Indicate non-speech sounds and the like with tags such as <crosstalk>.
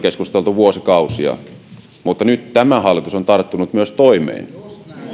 <unintelligible> keskusteltu vuosikausia mutta nyt tämä hallitus on myös tarttunut toimeen